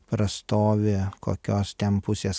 prastovi kokios ten pusės